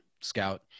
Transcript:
scout